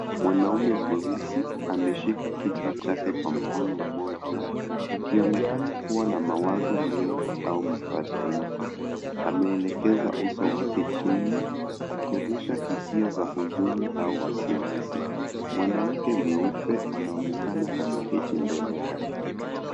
Mwanaume mweusi ameshika kichwa kwa mkono mmoja akionekana kuwa na mawazo mengi au mfadhaiko ameelekeza uso wake chini akionyesha hisia za huzuni au wasiwasi mwanamke mweupe anaonekana ameketi mbele yake.